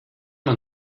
man